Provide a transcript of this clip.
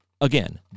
again